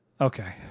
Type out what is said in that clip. Okay